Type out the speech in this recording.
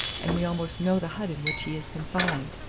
and we almost know the hut in which he is confined.